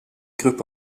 grupp